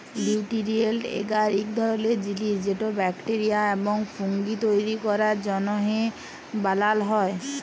লিউটিরিয়েল্ট এগার ইক ধরলের জিলিস যেট ব্যাকটেরিয়া এবং ফুঙ্গি তৈরি ক্যরার জ্যনহে বালাল হ্যয়